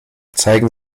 zeigen